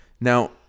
Now